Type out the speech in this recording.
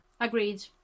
agreed